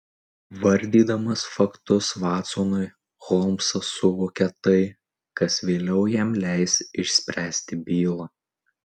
vardydamas faktus vatsonui holmsas suvokia tai kas vėliau jam leis išspręsti bylą